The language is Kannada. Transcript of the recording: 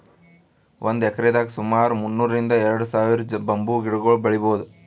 ಒಂದ್ ಎಕ್ರೆದಾಗ್ ಸುಮಾರ್ ಮುನ್ನೂರ್ರಿಂದ್ ಎರಡ ಸಾವಿರ್ ಬಂಬೂ ಗಿಡಗೊಳ್ ಬೆಳೀಭೌದು